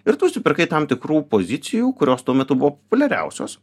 ir tu užsipirkai tam tikrų pozicijų kurios tuo metu buvo populiariausios